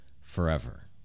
forever